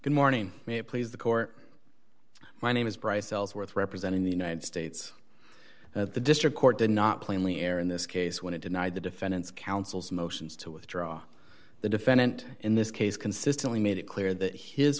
good morning may it please the court my name is bryce ellsworth representing the united states at the district court did not plainly air in this case when it denied the defendant's counsel's motions to withdraw the defendant in this case consistently made it clear that his